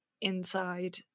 inside